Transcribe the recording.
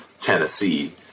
Tennessee